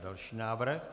Další návrh.